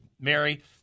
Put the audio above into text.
Mary